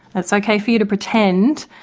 it's okay for you to pretend